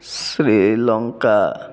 Sri Lanka